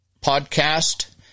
podcast